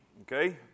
okay